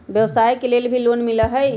व्यवसाय के लेल भी लोन मिलहई?